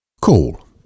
Call